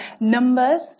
numbers